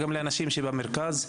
אלא גם לאנשים במרכז.